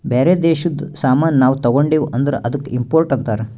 ಬ್ಯಾರೆ ದೇಶದು ಸಾಮಾನ್ ನಾವು ತಗೊಂಡಿವ್ ಅಂದುರ್ ಅದ್ದುಕ ಇಂಪೋರ್ಟ್ ಅಂತಾರ್